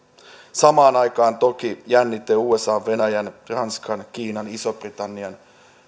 samaan aikaan toki jännite usan venäjän ranskan kiinan ja ison britannian